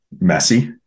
messy